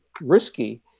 risky